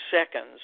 seconds